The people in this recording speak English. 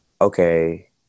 okay